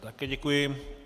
Také děkuji.